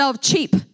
cheap